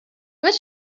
where